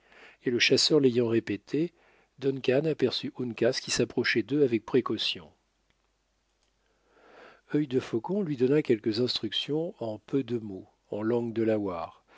et le chasseur l'ayant répété duncan aperçut uncas qui s'approchait d'eux avec précaution œil de faucon lui donna quelques instructions en peu de mots en langue delaware et